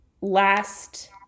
last